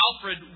Alfred